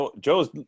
Joe's